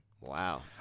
Wow